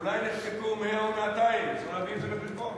אולי נחקקו 100 או 200. צריך להביא את זה בחשבון,